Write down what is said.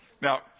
Now